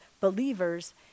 believers